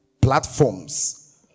Platforms